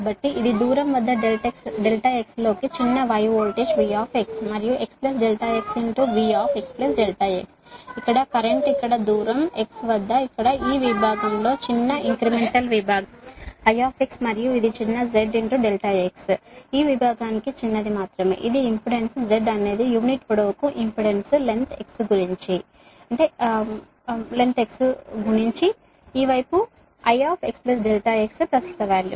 కాబట్టి ఇది దూరం వద్ద ∆x లోకి చిన్న y వోల్టేజ్ V మరియు x ∆x V x ∆x ఇక్కడ కరెంట్ ఇక్కడ దూరం x వద్ద ఇక్కడ ఈ విభాగంలో చిన్న ఇంక్రిమెంటల్ విభాగం I మరియు ఇది చిన్న z ∆x ఈ విభాగానికి చిన్నది మాత్రమే ఇది ఇంపెడెన్స్ z అనేది యూనిట్ పొడవుకు ఇంపెడెన్స్ లో పొడవు x గుణించి ఈ వైపు I x ∆x ప్రస్తుత